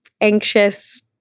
anxious